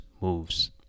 moves